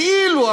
כאילו,